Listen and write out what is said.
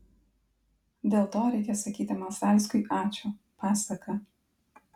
dėl to reikia sakyti masalskiui ačiū pasaka